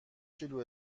کیلو